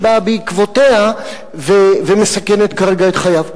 שבאה בעקבותיו ומסכנת כרגע את חייו.